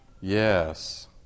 Yes